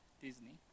Disney